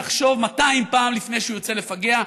יחשוב מאתיים פעם לפני שהוא יוצא לפגע.